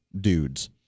dudes